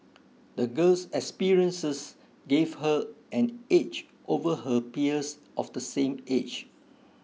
the girl's experiences gave her an edge over her peers of the same age